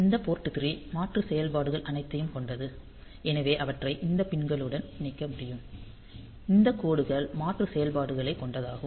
அந்த போர்ட் 3 மாற்று செயல்பாடுகள் அனைத்தும் கொண்டது எனவே அவற்றை இந்த பின் களுடன் இணைக்க முடியும் இந்த கோடுகள் மாற்று செயல்பாடுகளைக் கொண்டதாகும்